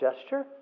gesture